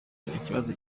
ikibazo